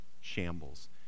shambles